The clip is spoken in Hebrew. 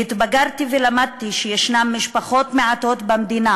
התבגרתי ולמדתי שיש משפחות מעטות במדינה